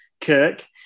Kirk